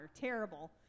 terrible